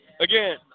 again